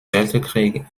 weltkrieg